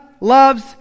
loves